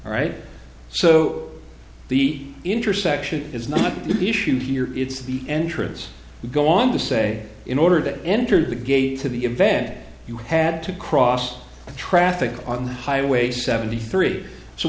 right so the intersection is not the issue here it's the entrance you go on to say in order to enter the gate to the event you had to cross the traffic on the highway seventy three so